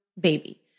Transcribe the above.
baby